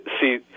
see